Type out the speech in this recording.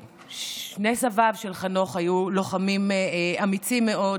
שני סביו של חנוך היו לוחמים אמיצים מאוד